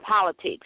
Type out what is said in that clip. politics